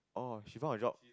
oh she found a job